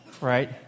right